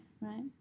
right